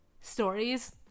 stories